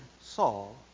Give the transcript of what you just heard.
Saul